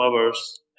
others